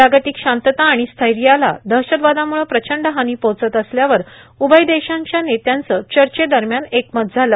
जागतिक शांतता आणि स्थैर्याला दहशतवादामुळं प्रचंड हानी पोहचत असल्यावर उभय देशांच्या नेत्यांचं चर्चेदरम्यान एकमत झालं